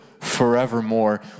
forevermore